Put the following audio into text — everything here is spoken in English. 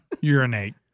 Urinate